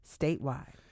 statewide